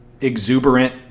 exuberant